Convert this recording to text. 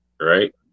Right